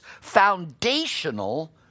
foundational